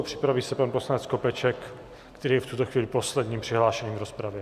Připraví se pan poslanec Skopeček, který je v tuto chvíli posledním přihlášeným v rozpravě.